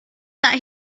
that